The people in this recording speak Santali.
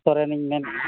ᱢᱚᱝᱜᱚᱞ ᱥᱚᱨᱮᱱᱤᱧ ᱢᱮᱱᱮᱫᱼᱟ